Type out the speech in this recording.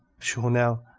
sure, now,